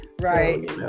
Right